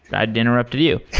i'd interrupted you.